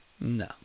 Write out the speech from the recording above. No